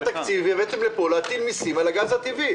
בספר התקציב הבאתם לפה הצעה להטיל מסים על הגז הטבעי.